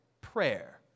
prayer